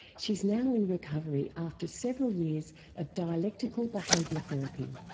she's now in recovery after several years of dialectical behaviour therapy.